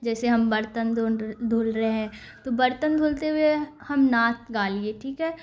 جیسے ہم برتن دھون دھل رہے ہیں تو برتن دھلتے ہوئے ہم نعت گالے ٹھیک ہے